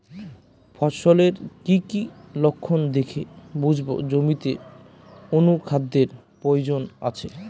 ফসলের কি কি লক্ষণ দেখে বুঝব জমিতে অনুখাদ্যের প্রয়োজন আছে?